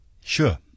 Sure